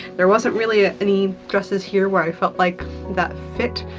there wasn't really ah any dresses here where i felt like that fit,